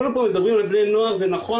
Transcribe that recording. כולם פה מדברים על בני נוער זה נכון